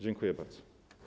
Dziękuję bardzo.